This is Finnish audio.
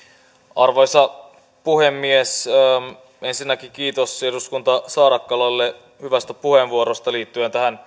arvoisa puhemies ensinnäkin kiitos edustaja saarakkalalle hyvästä puheenvuorosta liittyen tähän